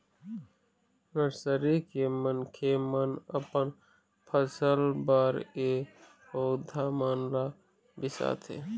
nursery के मनखे मन अपन फसल बर ए पउधा मन ल बिसाथे